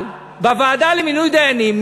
אבל בוועדה למינוי דיינים,